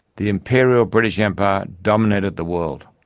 the imperial british empire dominated the world,